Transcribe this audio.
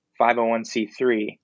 501c3